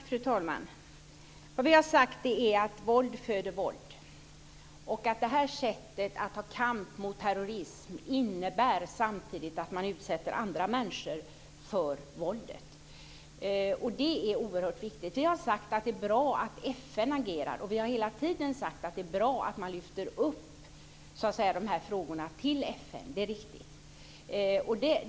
Fru talman! Vad vi har sagt är att våld föder våld och att det här sättet att ta kamp mot terrorism innebär att man samtidigt utsätter andra människor för våldet. Detta är oerhört viktigt. Vi har sagt att det är bra att FN agerar, och vi har hela tiden sagt att det är bra att man lyfter upp de här frågorna till FN. Det är riktigt.